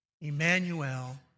Emmanuel